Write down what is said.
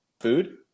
Food